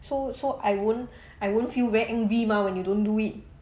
so so I won't I won't feel very angry mah when you don't do it